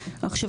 עכשיו,